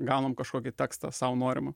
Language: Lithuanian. gaunam kažkokį tekstą sau norimą